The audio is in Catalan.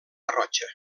garrotxa